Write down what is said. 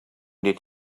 did